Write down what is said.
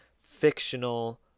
fictional